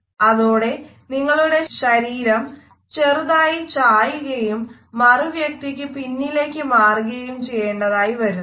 അതോടെ നിങ്ങളുടെ ശരീരം ചെറുതായി ചായുകയും മറുവ്യക്തിക്ക് പിന്നിലേക്ക് മാറുകയും ചെയ്യേണ്ടി വരുന്നു